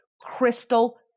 Crystal